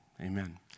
Amen